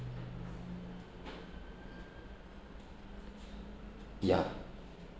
ya